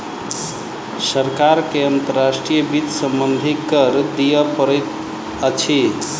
सरकार के अंतर्राष्ट्रीय वित्त सम्बन्धी कर दिअ पड़ैत अछि